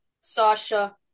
Sasha